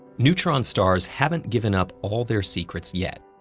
neutron stars haven't given up all their secrets yet.